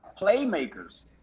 playmakers